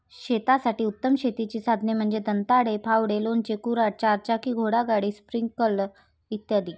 शेतासाठी उत्तम शेतीची साधने म्हणजे दंताळे, फावडे, लोणचे, कुऱ्हाड, चारचाकी घोडागाडी, स्प्रिंकलर इ